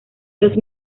los